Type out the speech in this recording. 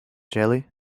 jelly